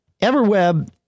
Everweb